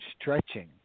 stretching